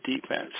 defense